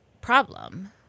problem